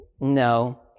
no